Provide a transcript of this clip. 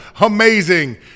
Amazing